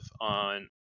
on